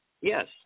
Yes